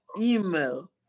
email